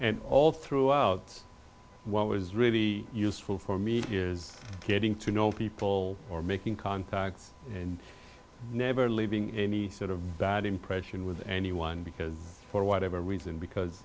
and all throughout what was really useful for me is getting to know people or making contacts and never leaving any sort of bad impression with anyone because for whatever reason because